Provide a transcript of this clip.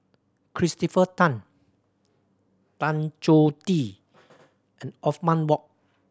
Christopher Tan Tan Choh Tee and Othman Wok